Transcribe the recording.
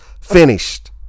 finished